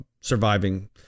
surviving